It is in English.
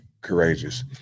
courageous